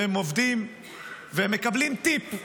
והם עובדים והם מקבלים טיפ,